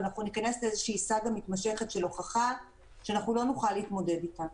ואנחנו ניכנס לסאגה מתמשכת של הוכחה שלא נוכל להתמודד איתה.